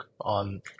on